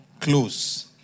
close